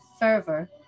fervor